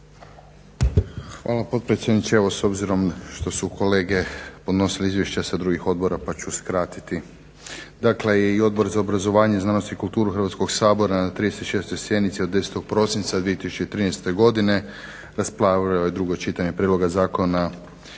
Hvala potpredsjedniče. Evo s obzirom što su kolege podnosili izvješća sa drugih odbora pa ću skratiti. Dakle, i Odbor za obrazovanje, znanost i kulturu Hrvatskog sabora na 36.sjednici od 10.prosinca 2013.godine raspravljalo drugo čitanje prijedloga Zakona